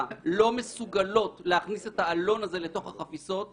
יש אינפורמציה מקנדה שהם הכניסו את ה"אינסרטים" בתוך הפקטים